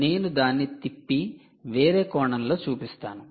నేను దాన్ని తిప్పి వేరే కోణంలో చూపిస్తాను